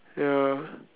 ya